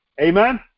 Amen